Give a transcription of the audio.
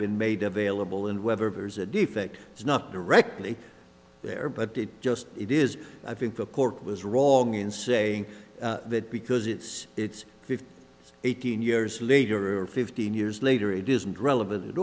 been made available and whether there's a defect it's not directly there but it just it is i think the court was wrong in saying that because it's it's fifteen eighteen years later or fifteen years later it isn't relevant